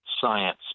science